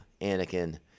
Anakin